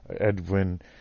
Edwin